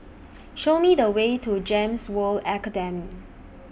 Show Me The Way to Gems World Academy